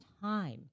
time